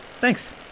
Thanks